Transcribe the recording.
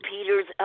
Peters